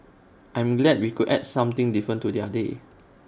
I am glad we could add something different to their day